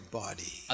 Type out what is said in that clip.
body